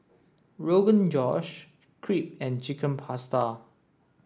Rogan Josh Crepe and Chicken Pasta